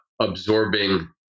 absorbing